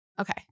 Okay